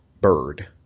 bird